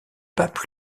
pape